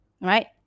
Right